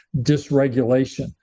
dysregulation